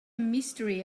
mystery